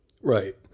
Right